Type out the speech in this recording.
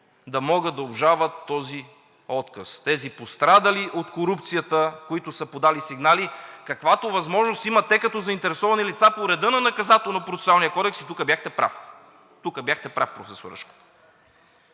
да могат да обжалват този отказ. Тези, пострадали от корупцията, които са подали сигнали, каквато възможност имат те като заинтересовани лица по реда на Наказателно-процесуалния кодекс – и тук бяхте прав. Тук бяхте прав, професор Рашков.